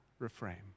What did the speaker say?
reframe